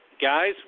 guys